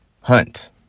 Hunt